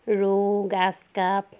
ৰৌ গাছকাপ